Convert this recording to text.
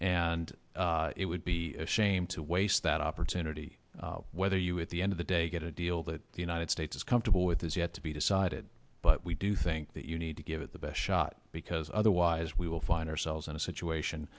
and it would be a shame to waste that opportunity whether you at the end of the day get a deal that the united states is comfortable with is yet to be decided but we do think that you need to give it the best shot because otherwise we will find ourselves in a situation